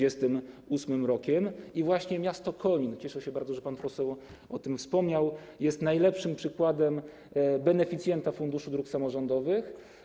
I właśnie miasto Konin - cieszę się bardzo, że pan poseł o tym wspomniał - jest najlepszym przykładem beneficjenta Funduszu Dróg Samorządowych.